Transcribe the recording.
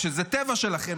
שזה טבע שלכם,